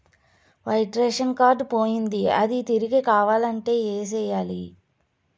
white ration card పోయింది అది తిరిగి కావాలంటే ఏం సేయాలి